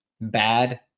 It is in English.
bad